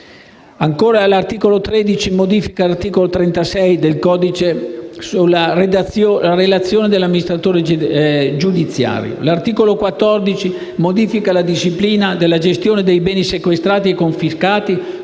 Ancora, l'articolo 13 modifica l'articolo 36 del codice antimafia sulla relazione dell'amministratore giudiziario. L'articolo 14 modifica la disciplina della gestione dei beni sequestrati e confiscati,